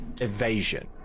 Evasion